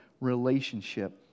relationship